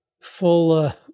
full